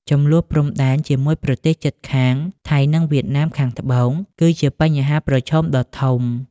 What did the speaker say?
ជម្លោះព្រំដែនជាមួយប្រទេសជិតខាង ថៃ និងវៀតណាមខាងត្បូង គឺជាបញ្ហាប្រឈមដ៏ធំ។